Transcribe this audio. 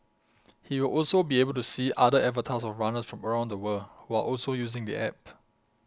he will be able to see other avatars of runners from around the world who are also using the app